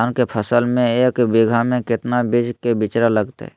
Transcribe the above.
धान के फसल में एक बीघा में कितना बीज के बिचड़ा लगतय?